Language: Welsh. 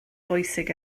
bwysig